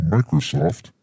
Microsoft